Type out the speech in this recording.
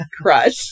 crush